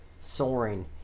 soaring